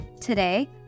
Today